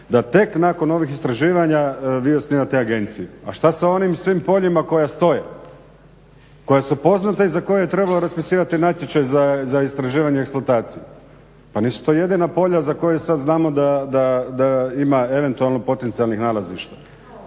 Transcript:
da tek nakon ovih istraživanja vi osnivate agenciju a šta sa onim svim poljima koja stoje koja su poznata i za koje je trebalo raspisivati natječaj za istraživanje eksploatacije? Pa nisu to jedina polja za koje sada znamo da ima eventualno potencijalnih nalazišta.